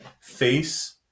face